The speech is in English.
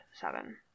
seven